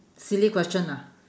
silly question ah